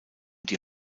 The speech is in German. die